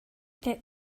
get